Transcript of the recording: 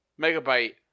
Megabyte